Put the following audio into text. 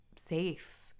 safe